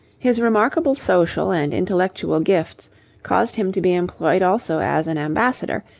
his remarkable social and intellectual gifts caused him to be employed also as an ambassador,